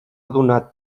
donat